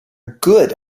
good